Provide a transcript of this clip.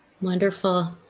Wonderful